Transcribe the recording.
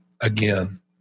again